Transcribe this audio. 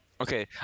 Okay